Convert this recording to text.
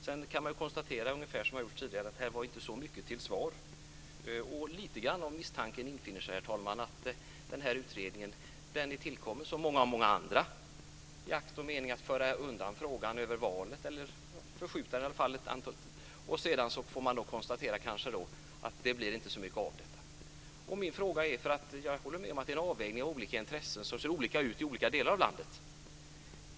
Man kan konstatera, ungefär som har gjorts tidigare, att det inte var så mycket till svar. En misstanke infinner sig, herr talman, om att denna utredning som många andra är tillkommen i akt och mening att föra undan frågan över valet eller förskjuta den ett antal månader. Sedan får man kanske konstatera att det inte blir så mycket av detta. Jag håller med om att det är en avvägning av olika intressen, som ser olika ut i olika delar av landet.